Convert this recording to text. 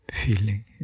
feeling